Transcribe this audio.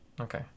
Okay